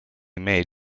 made